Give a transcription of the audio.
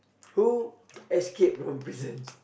who escaped from prison